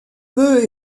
peu